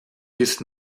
bis